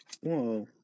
whoa